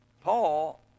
Paul